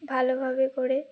ভালোভাবে করে